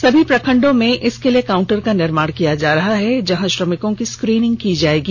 सभी प्रखण्डों में इसके लिए काउंटर का निर्माण किया जा रहा है जहां श्रमिकों की स्क्रीनिंग की जायेगी